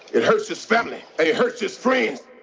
it hurts his family. and it hurts his friends